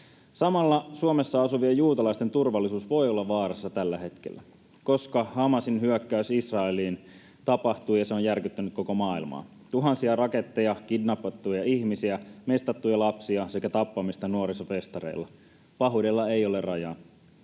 Samalla Suomessa asuvien juutalaisten turvallisuus voi olla vaarassa tällä hetkellä, koska Hamasin hyökkäys Israeliin tapahtui, ja se on järkyttänyt koko maailmaa. Tuhansia raketteja, kidnapattuja ihmisiä, mestattuja lapsia sekä tappamista nuorisofestareilla — pahuudella ei ole rajaa.